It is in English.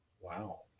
wow